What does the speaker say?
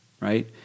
Right